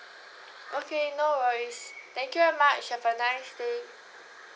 okay no worries thank you very much have a nice day